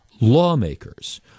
lawmakers